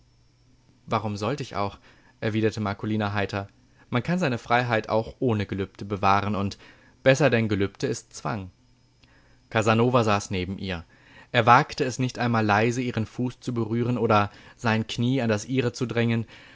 warum sollt ich auch erwiderte marcolina heiter man kann seine freiheit auch ohne gelübde bewahren und besser denn gelübde ist zwang casanova saß neben ihr er wagte es nicht einmal leise ihren fuß zu berühren oder sein knie an das ihre zu drängen